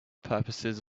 purposes